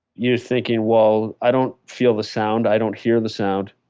you're thinking, well, i don't feel the sound. i don't hear the sound.